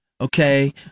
okay